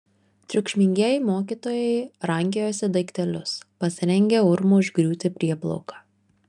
triukšmingieji mokytojai rankiojosi daiktelius pasirengę urmu užgriūti prieplauką